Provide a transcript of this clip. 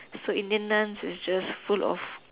so Indian dance is just full of